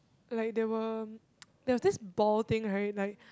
like there were there was this ball thing right like